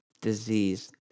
disease